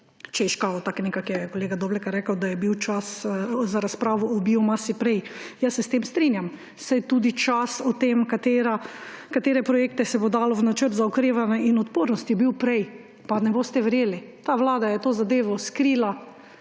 češ kakor – tako nekako je kolega Doblekar rekel –, da je bil čas za razpravo o biomasi prej. S tem se strijam, saj tudi čas o tem, katere projekte se bo dalo v Načrt za okrevanje in odpornost je bil prej, pa ne boste verjeli, ta vlada je to zadevo skrila